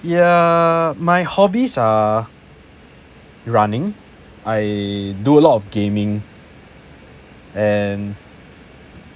ya my hobbies are running I do a lot of gaming and